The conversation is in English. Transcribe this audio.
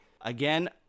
Again